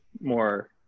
more